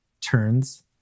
turns